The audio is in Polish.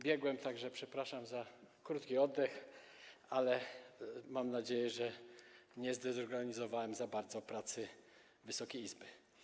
Biegłem, tak że przepraszam za krótki oddech, ale mam nadzieję, że nie zdezorganizowałem za bardzo pracy Wysokiej Izby.